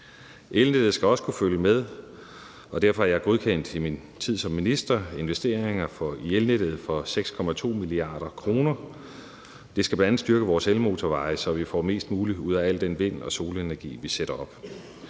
Elnettet skal også kunne følge med, og derfor har jeg i min tid som minister godkendt investeringer i elnettet for 6,2 mia. kr. Det skal bl.a. styrke vores elmotorveje, så vi får mest muligt ud af alle de anlæg til vind- og solenergi, vi sætter op.